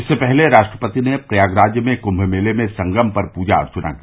इससे पहले राष्ट्रपति ने प्रयागराज में कुंभ मेले में संगम पर पूजा अर्चना की